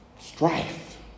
Strife